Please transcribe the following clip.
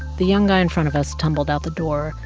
the young guy in front of us tumbled out the door,